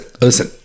listen